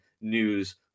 news